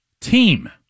team